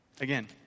Again